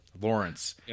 Lawrence